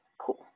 Cool